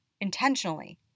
intentionally